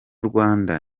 rwanda